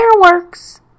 Fireworks